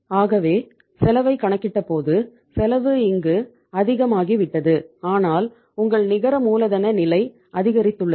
ஆகவே செலவைக் கணக்கிட்ட போது செலவு இங்கு அதிகமாகிவிட்டது ஆனால் உங்கள் நிகர மூலதன நிலை அதிகரித்துள்ளது